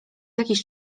jakiś